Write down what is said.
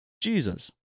Jesus